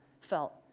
felt